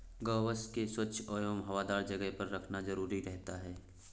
गोवंश को स्वच्छ एवं हवादार जगह पर रखना जरूरी रहता है